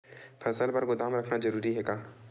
फसल बर गोदाम रखना जरूरी हे का?